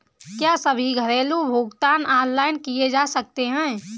क्या सभी घरेलू भुगतान ऑनलाइन किए जा सकते हैं?